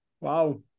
Wow